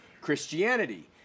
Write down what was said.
Christianity